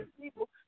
people